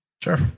Sure